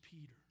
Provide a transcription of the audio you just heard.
Peter